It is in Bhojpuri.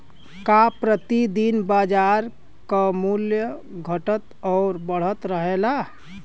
का प्रति दिन बाजार क मूल्य घटत और बढ़त रहेला?